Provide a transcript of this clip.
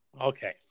Okay